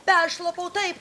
peršlapau taip